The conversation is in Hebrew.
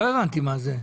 לא הבנתי מה זה.